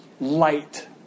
light